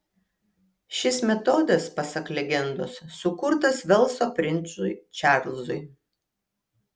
šis metodas pasak legendos sukurtas velso princui čarlzui